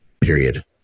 period